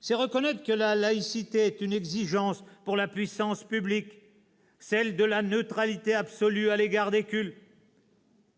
C'est reconnaître que la laïcité est une exigence pour la puissance publique, celle de la neutralité absolue à l'égard des cultes.